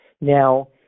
Now